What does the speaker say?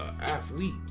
athlete